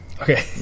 Okay